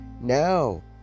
now